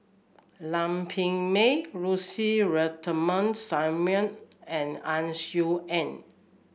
Lam Pin Min Lucy Ratnammah Samuel and Ang Swee Aun